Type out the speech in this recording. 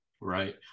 Right